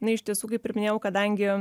na iš tiesų kaip ir minėjau kadangi